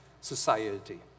society